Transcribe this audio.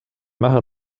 mache